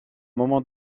moment